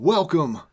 Welcome